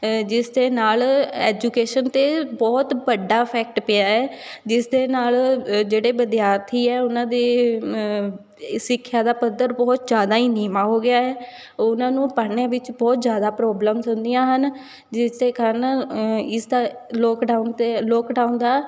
ਜਿਸ ਦੇ ਨਾਲ ਐਜੂਕੇਸ਼ਨ 'ਤੇ ਬਹੁਤ ਵੱਡਾ ਅਫੈਕਟ ਪਿਆ ਹੈ ਜਿਸ ਦੇ ਨਾਲ ਜਿਹੜੇ ਵਿਦਿਆਰਥੀ ਹੈ ਉਹਨਾਂ ਦੇ ਸਿੱਖਿਆ ਦਾ ਪੱਧਰ ਬਹੁਤ ਜ਼ਿਆਦਾ ਹੀ ਨੀਵਾਂ ਹੋ ਗਿਆ ਹੈ ਉਹਨਾਂ ਨੂੰ ਪੜ੍ਹਨ ਵਿੱਚ ਬਹੁਤ ਜ਼ਿਆਦਾ ਪ੍ਰੋਬਲਮਜ਼ ਹੁੰਦੀਆਂ ਹਨ ਜਿਸ ਦੇ ਕਾਰਨ ਇਸ ਦਾ ਲੋਕਡਾਊਨ 'ਤੇ ਲੋਕਡਾਊਨ ਦਾ